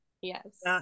yes